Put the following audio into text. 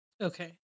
Okay